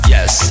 Yes